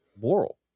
moral